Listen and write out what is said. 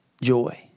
joy